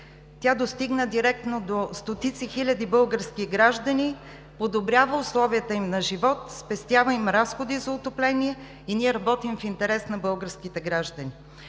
Тя достигна директно до стотици хиляди български граждани, подобрява условията им на живот, спестява им разходи за отопление и ние работим в интерес на българските граждани.